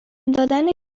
دادن